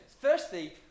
Firstly